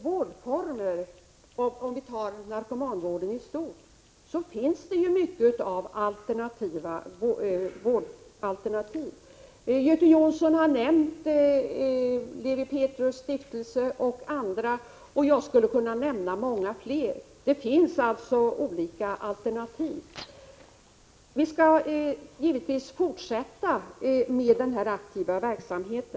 Inom narkomanvården i stort finns det ju mycket av alternativa vårdformer. Göte Jonsson har nämnt Lewi Pethrus Stiftelse och andra — jag skulle kunna nämna många fler. Det finns alltså olika alternativ. Vi skall givetvis fortsätta att vara aktiva.